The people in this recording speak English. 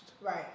Right